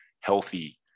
healthy